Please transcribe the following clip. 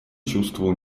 чувствовал